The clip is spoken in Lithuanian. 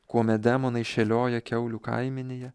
kuomet demonai šėlioja kiaulių kaimenėje